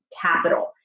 capital